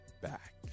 back